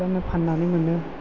बेखायनो फाननानै मोनो